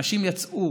אנשים יצאו